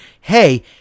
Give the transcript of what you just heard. hey